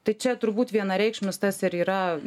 tai čia turbūt vienareikšmis tas ir yra